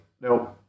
no